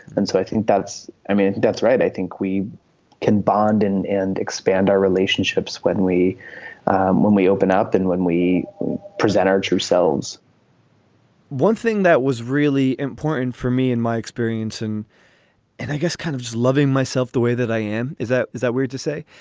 and so i think that's i mean. that's right. i think we can bond and expand our relationships when we when we open up and when we present our true selves one thing that was really important for me in my experience, and and i guess kind of is loving myself the way that i am, is that is that weird to say?